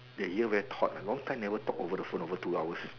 that year very taught oh long time never talk over the phone over two hours